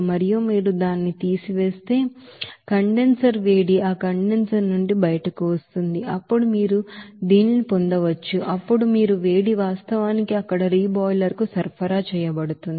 మరియు మీరు దానిని తీసివేస్తే మీకు తెలుసా కండెన్సర్ వేడి ఆ కండెన్సర్ నుండి బయటకు వస్తోంది అప్పుడు మీరు దీన్ని పొందవచ్చు అప్పుడు మీరు వేడి వాస్తవానికి అక్కడ రీబాయిలర్ కు సరఫరా చేయబడుతుంది